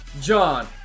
John